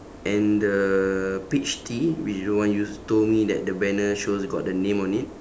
and the peach tea which is the one you told me that the banner shows got the name on it